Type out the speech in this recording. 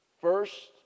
first